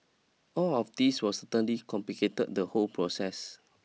all of these will certainly complicated the whole process